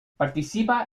participa